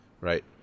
Right